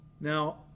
Now